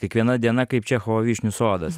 kiekviena diena kaip čechovo vyšnių sodas